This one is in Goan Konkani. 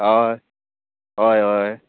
हय हय हय